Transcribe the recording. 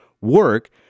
work